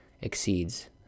exceeds